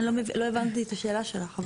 אני לא הבנתי את השאלה שלך,